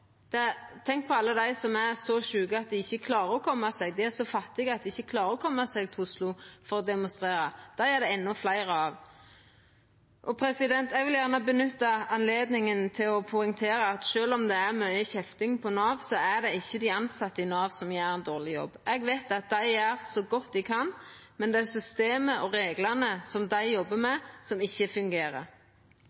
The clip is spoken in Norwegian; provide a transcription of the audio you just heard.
Tenk på alle dei som er så sjuke eller så fattige at dei ikkje klarer å koma seg til Oslo for å demonstrera. Dei er det endå fleire av. Eg vil gjerne nytta anledninga til å poengtera at sjølv om det er mykje kjefting på Nav, er det ikkje dei tilsette i Nav som gjer ein dårleg jobb. Eg veit at dei gjer så godt dei kan, men det er systemet og reglane som dei jobbar med,